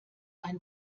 ein